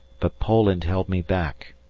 but poland held me back.